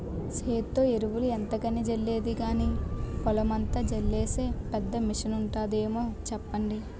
సేత్తో ఎరువులు ఎంతకని జల్లేది గానీ, పొలమంతా జల్లీసే పెద్ద మిసనుంటాదేమో సెప్పండి?